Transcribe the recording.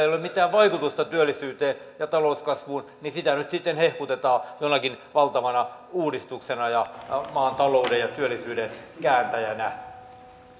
ei ole mitään vaikutusta työllisyyteen ja talouskasvuun niin sitä nyt sitten hehkutetaan jonakin valtavana uudistuksena ja maan talouden ja työllisyyden kääntäjänä